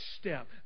step